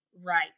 Right